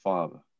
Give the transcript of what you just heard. Father